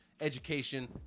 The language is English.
education